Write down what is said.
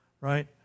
Right